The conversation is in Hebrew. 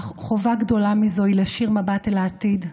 אך חובה גדולה מזו היא להישיר מבט אל העתיד,